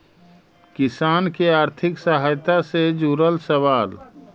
किसान के आर्थिक सहायता से जुड़ल सवाल?